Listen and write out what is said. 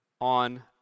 on